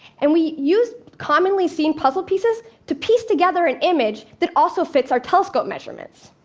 and we use commonly seen puzzle pieces to piece together an image that also fits our telescope measurements.